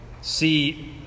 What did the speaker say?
see